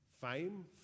fame